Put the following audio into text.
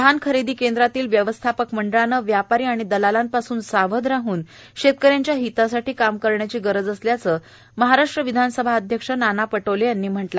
धान खरेदी केंद्रातील व्यवस्थापक मंडळाने व्यापारी व दलालां पासून सावध राहन शेतकऱ्यांच्या हितासाठी काम करण्याची गरज असल्याचे विधानसभा अध्यक्ष नाना पटोले म्हणाले